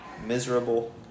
Miserable